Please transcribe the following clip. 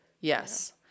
Yes